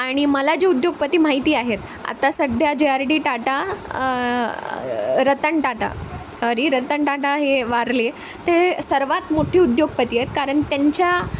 आणि मला जे उद्योगपती माहिती आहेत आता सध्या जे R D Tata Ratan Tata sorry Ratan Tata हे वारले ते सर्वात मोठी उद्योगपती आहेत कारण त्यांच्या